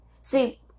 See